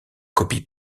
copie